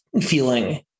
feeling